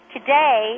Today